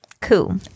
Cool